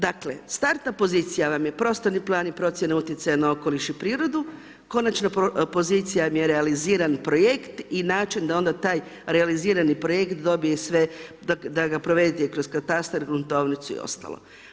Dakle, startna pozicija vam je prostorni plan i procjena utjecaja na okoliš i prirodu, konačna pozicija vam je realiziran projekt i način da onda taj realizirani projekt dobije sve, da ga provedete i kroz katastar, gruntovnicu i ostalo.